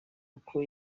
uko